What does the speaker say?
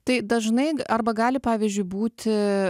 tai dažnai arba gali pavyzdžiui būti